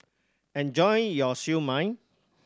enjoy your Siew Mai